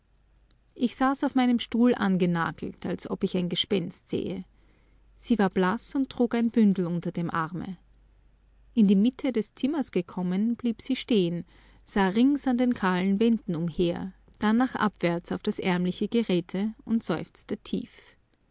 ich saß auf meinem stuhl angenagelt als ob ich ein gespenst sähe sie war blaß und trug ein bündel unter dem arme in die mitte des zimmers gekommen blieb sie stehen sah rings an den kahlen wänden umher dann nach abwärts auf das ärmliche geräte und seufzte tief